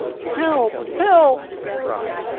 help! help! he cried.